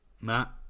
Matt